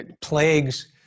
plagues